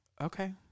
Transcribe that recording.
Okay